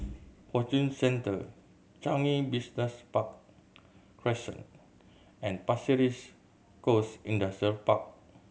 Fortune Centre Changi Business Park Crescent and Pasir Ris Coast Industrial Park